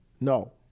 No